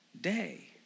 day